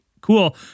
cool